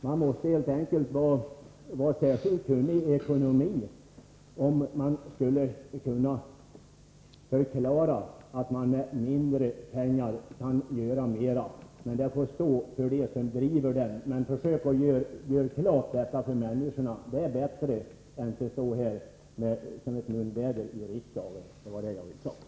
Man måste helt enkelt vara särskilt kunnig i ekonomi för att kunna förklara att man med mindre pengar kan göra mera. Men det får stå för dem som driver det påståendet. Försök klargöra detta för människorna! Det är bättre än att bara komma med munväder här i riksdagen. Det var vad jag ville ha sagt.